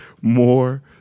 More